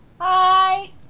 Hi